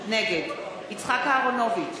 נגד יצחק אהרונוביץ,